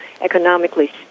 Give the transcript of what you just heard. economically